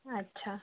अच्छा